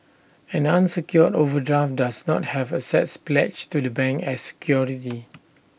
an unsecured overdraft does not have assets pledged to the bank as security